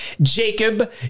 Jacob